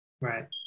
Right